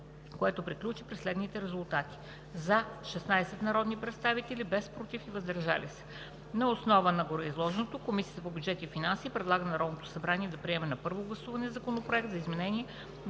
което приключи при следните резултати: „за“ – 16 народни представители, без „против“ и „въздържал се“. Въз основа на гореизложеното Комисията по бюджет и финанси предлага на Народното събрание да приеме на първо гласуване Законопроект за изменение на